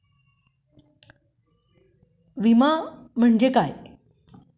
विमा म्हणजे काय?